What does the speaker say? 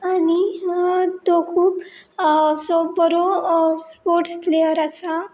आनी तो खूब असो बरो स्पोर्ट्स प्लेयर आसा